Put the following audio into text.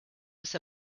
was